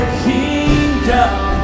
kingdom